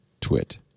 twit